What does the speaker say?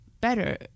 better